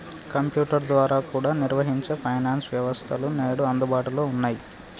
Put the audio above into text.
computer ద్వారా కూడా నిర్వహించే ఫైనాన్స్ వ్యవస్థలు నేడు అందుబాటులో ఉన్నయ్యి